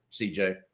CJ